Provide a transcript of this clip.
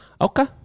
Okay